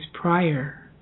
prior